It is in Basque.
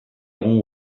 egun